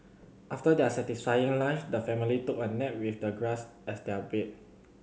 after their satisfying lunch the family took a nap with the grass as their bed